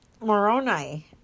Moroni